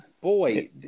boy